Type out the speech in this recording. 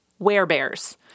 werebears